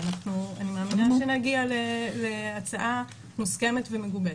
ואני מאמינה שנגיע להצעה מוסכמת ומגובשת.